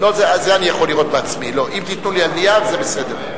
השתלמויות מורים במגזר הערבי,